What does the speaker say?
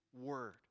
word